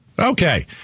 Okay